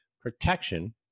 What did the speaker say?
protection